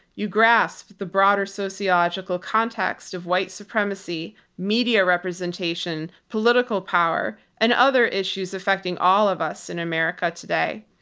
you grasp the broader sociological context of white supremacy, media representation, political power, and other issues affecting all of us in america today.